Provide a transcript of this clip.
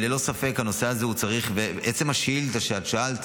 ללא ספק, עצם השאילתה שאת שאלת